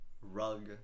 rug